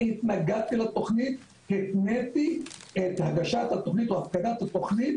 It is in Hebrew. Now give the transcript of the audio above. אני התנגדתי לתכנית כי התניתי את הגשת התכנית או הפקדת התכנית